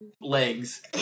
legs